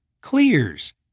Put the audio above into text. clears